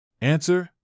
Answer